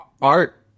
Art